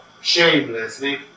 shamelessly